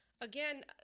Again